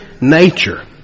nature